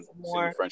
more